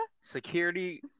Security